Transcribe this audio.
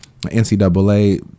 NCAA